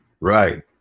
right